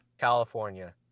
California